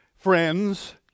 friends